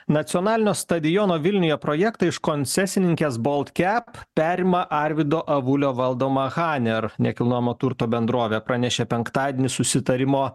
nacionalinio stadiono vilniuje projektą iš koncesininkės baltcap perima arvydo avulio valdoma haner nekilnojamo turto bendrovė pranešė penktadienį susitarimo